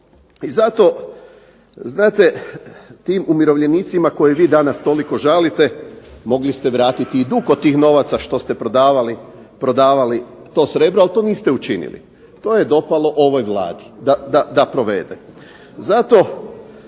I zato, znate tim umirovljenicima koje vi danas toliko žalite mogli ste vratiti i dug od tih novaca što ste prodavali to srebro, ali to niste učinili, to je dopalo ovoj Vladi da provede. Zato